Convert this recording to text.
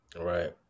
Right